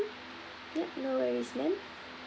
yup no worries ma'am